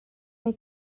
wnei